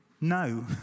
No